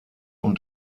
und